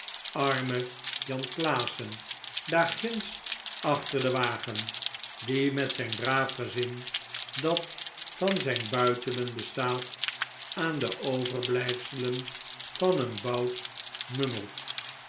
arme jan klaassen daarginds achter den wagen die met zijn braaf gezin dat van zijn buitelen bestaat aan de overblijfselen van een bout